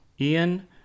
Ian